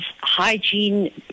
hygiene